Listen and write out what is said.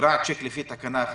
"נגרע צ'ק לפי תקנה 1,